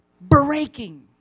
breaking